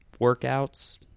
workouts